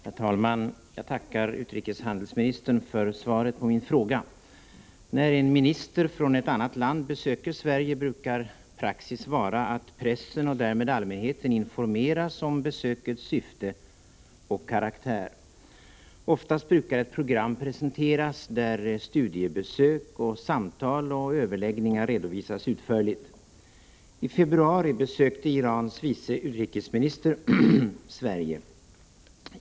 Herr talman! Jag tackar utrikeshandelsministern för svaret på min fråga. När en minister från ett annat land besöker Sverige brukar praxis vara att pressen och därmed allmänheten informeras om besökets syfte och karaktär. Oftast brukar ett program presenteras där studiebesök, samtal och överläggningar redovisas utförligt. I februari besökte Irans vice utrikesminister Sverige.